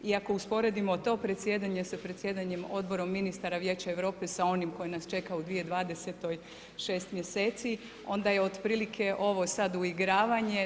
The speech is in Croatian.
I ako usporedimo to predsjedanje sa predsjedanjem Odborom ministara Vijeća Europe sa onim koje nas čeka 2020. 6 mjeseci, onda je otprilike ovo sad uigravanje.